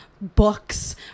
books